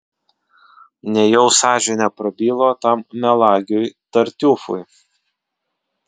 nejau sąžinė prabilo tam melagiui tartiufui